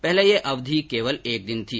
पहले यह अवधि केवल एक दिन थी